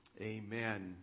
Amen